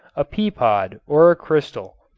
a peapod or a crystal.